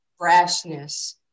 brashness